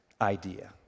idea